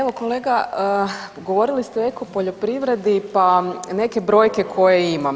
Evo kolega govorili ste o eko poljoprivredi, pa neke brojke koje imam.